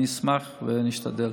אני אשמח ואני אשתדל.